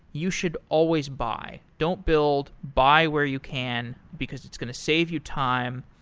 you should always buy. don't build. buy where you can, because it's going to save you time.